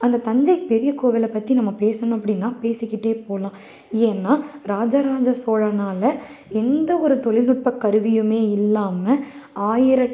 அந்த தஞ்சை பெரிய கோவிலை பற்றி நம்ம பேசணும் அப்படினா பேசிக்கிட்டே போகலாம் ஏன்னா ராஜராஜ சோழனால் எந்த ஒரு தொழில் நுட்ப கருவியும் இல்லாமல் ஆயிர